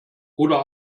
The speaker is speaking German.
oder